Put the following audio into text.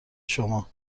شما